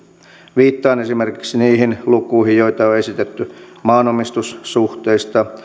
viittaan esimerkiksi niihin lukuihin joita on esitetty maanomistussuhteista